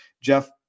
Jeff